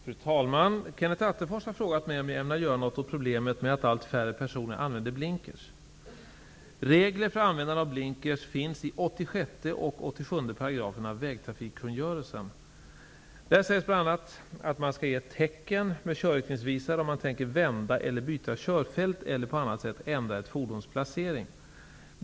Fru talman! Kenneth Attefors har frågat mig om jag ämnar göra något åt problemet med att allt färre personer använder blinkersystemet. §§ vägtrafikkungörelsen. Där sägs bl.a. att man skall ge tecken med körriktningsvisare om man tänker vända eller byta körfält eller på annat sätt ändra ett fordons placering.